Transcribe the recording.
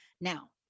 Now